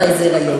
הרי זה היריון,